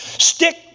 Stick